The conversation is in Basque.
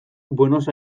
buenos